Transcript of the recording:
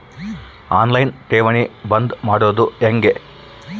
On line ಠೇವಣಿ ಬಂದ್ ಮಾಡೋದು ಹೆಂಗೆ?